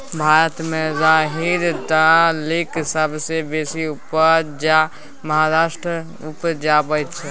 भारत मे राहरि दालिक सबसँ बेसी उपजा महाराष्ट्र उपजाबै छै